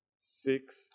six